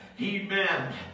Amen